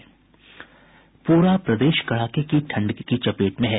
पूरा प्रदेश कड़ाके की ठंड की चपेट में है